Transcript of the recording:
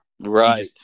Right